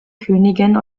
königin